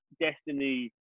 destiny